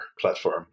platform